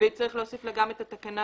וצריך להוסיף לה גם את התקנה